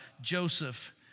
Joseph